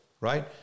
right